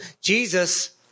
Jesus